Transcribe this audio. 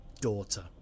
daughter